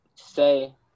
Say